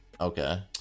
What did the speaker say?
Okay